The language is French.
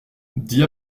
dit